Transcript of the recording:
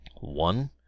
One